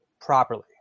properly